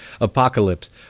apocalypse